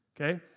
Okay